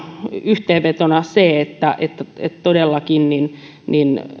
yhteenvetona se että että todellakin